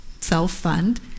self-fund